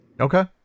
Okay